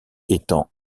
étend